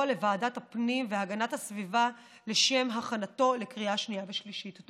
לוועדת הפנים והגנת הסביבה לשם הכנתו לקריאה שנייה ושלישית.